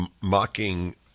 mocking